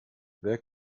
wer